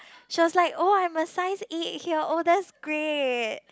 she was like oh I'm a size eight here oh that's great